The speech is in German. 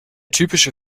typische